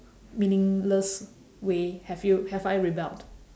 meaningless way have you have I rebelled